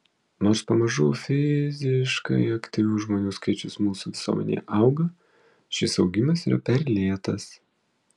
nors pamažu fiziškai aktyvių žmonių skaičius mūsų visuomenėje auga šis augimas yra per lėtas